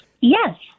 Yes